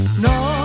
No